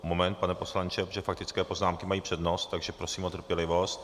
Moment, pane poslanče , protože faktické poznámky mají přednost, takže prosím o trpělivost.